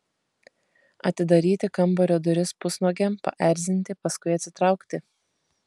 atidaryti kambario duris pusnuogiam paerzinti paskui atsitraukti